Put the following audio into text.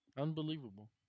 Unbelievable